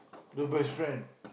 your best friend